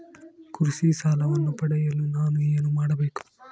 ಕೃಷಿ ಸಾಲವನ್ನು ಪಡೆಯಲು ನಾನು ಏನು ಮಾಡಬೇಕು?